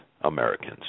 Americans